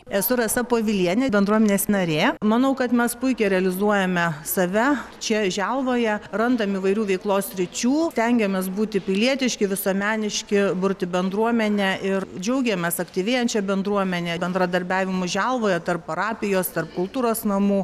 esu rasa povilienė bendruomenės narė manau kad mes puikiai realizuojame save čia želvoje randam įvairių veiklos sričių stengiamės būti pilietiški visuomeniški burti bendruomenę ir džiaugiamės aktyvėjančia bendruomene bendradarbiavimu želvoje tarp parapijos tarp kultūros namų